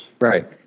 Right